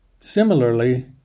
Similarly